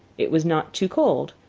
it was not too cold.